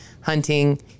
hunting